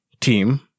team